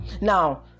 Now